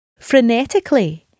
Frenetically